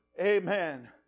Amen